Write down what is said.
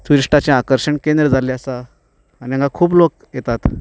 ट्युरिस्टाचें आकर्शण केंद्र जाल्लें आसा आनी हांगा खूब लोक येतात